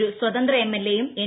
ഒരു സ്വതന്ത്ര എംഎൽഎയും എൻ